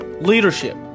leadership